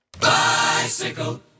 Bicycle